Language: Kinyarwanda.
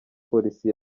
polisi